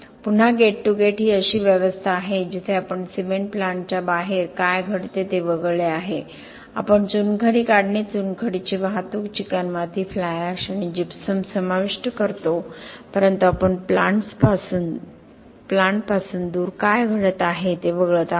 पुन्हा gate to gate ही अशी व्यवस्था आहे जिथे आपण सिमेंट प्लांटच्या बाहेर काय घडते ते वगळले आहे आपण चुनखडी काढणे चुनखडीची वाहतूक चिकणमाती फ्लाय एश आणि जिप्सम समाविष्ट करतो परंतु आपण प्लांटपासून दूर काय घडत आहे ते वगळत आहोत